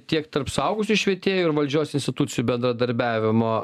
tiek tarp suaugusiųjų švietėjų ir valdžios institucijų bendradarbiavimo